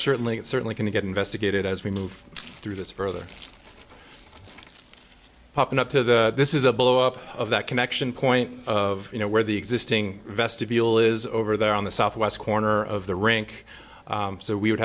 certainly it's certainly going to get investigated as we move through this further pumping up to this is a blow up of that connection point of you know where the existing vestibule is over there on the southwest corner of the rink so we would